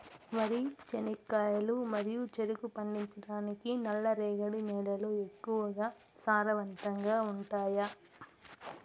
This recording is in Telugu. వరి, చెనక్కాయలు మరియు చెరుకు పండించటానికి నల్లరేగడి నేలలు ఎక్కువగా సారవంతంగా ఉంటాయా?